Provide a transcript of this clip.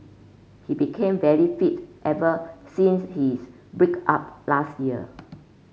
he became very fit ever since his break up last year